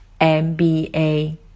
MBA